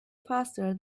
faster